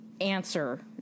answer